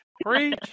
Preach